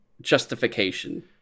justification